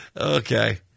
Okay